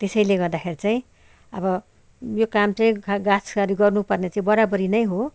त्यसैले गर्दाखेरि चाहिँ अब यो काम चाहिँ खा खासगरी गर्नु पर्ने चाहिँ बराबरी नै हो